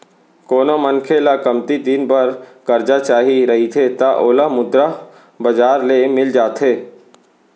कोनो मनखे ल कमती दिन बर करजा चाही रहिथे त ओला मुद्रा बजार ले मिल जाथे